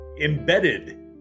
embedded